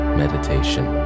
meditation